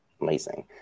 Amazing